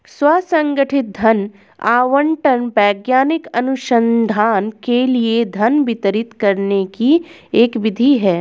स्व संगठित धन आवंटन वैज्ञानिक अनुसंधान के लिए धन वितरित करने की एक विधि है